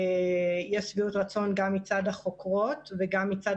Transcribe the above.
ויש שביעות רצון גם מצד החוקרות וגם מצד